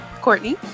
courtney